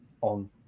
on